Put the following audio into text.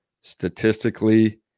statistically